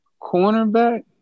cornerback